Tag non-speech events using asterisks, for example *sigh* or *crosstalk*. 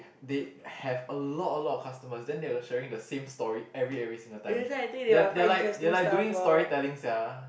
they have a lot a lot of customers then they will sharing the same story every every single time *noise* they are like they are like doing storytelling sia